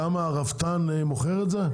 כמה הרפתן מוכר את זה?